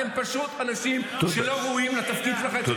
אתם פשוט אנשים שלא ראויים לתפקיד שלכם כשליחי ציבור.